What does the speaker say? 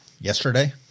yesterday